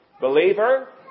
Believer